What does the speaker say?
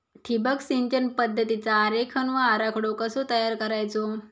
ठिबक सिंचन पद्धतीचा आरेखन व आराखडो कसो तयार करायचो?